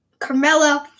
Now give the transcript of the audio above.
Carmelo